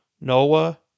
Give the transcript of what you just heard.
Noah